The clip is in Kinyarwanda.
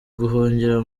guhungira